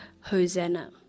Hosanna